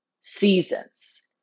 seasons